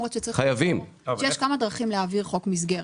צריך לזכור שיש כמה דרכים להעביר חוק מסגרת.